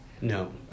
No